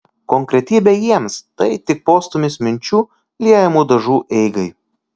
konkretybė jiems tai tik postūmis minčių liejamų dažų eigai